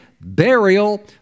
burial